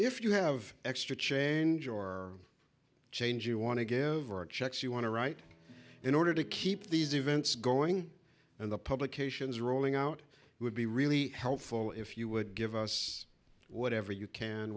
if you have extra change or change you want to give or objects you want to write in order to keep these events going and the publications rolling out would be really helpful if you would give us whatever you can